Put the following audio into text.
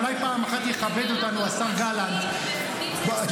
אולי פעם אחת יכבד אותנו השר גלנט --- המפונים זה משרד אחר.